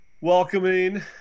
welcoming